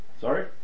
Sorry